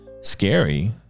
scary